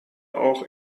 auch